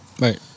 Right